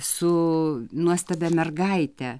su nuostabia mergaite